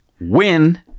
Win